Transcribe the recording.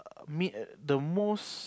mid the most